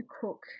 cook